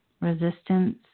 resistance